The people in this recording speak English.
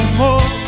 more